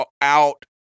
out